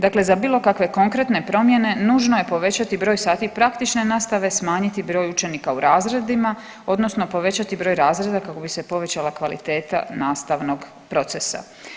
Dakle, za bilo kakve konkretne promjene nužno je povećati broj sati praktične nastave, smanjiti broj učenika u razredima, odnosno povećati broj razreda kako bi se povećala kvaliteta nastavnog procesa.